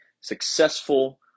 successful